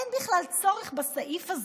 אין בכלל צורך בסעיף הזה,